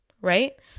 Right